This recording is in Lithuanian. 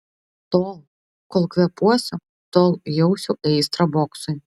tol kol kvėpuosiu tol jausiu aistrą boksui